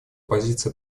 позиция